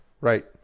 Right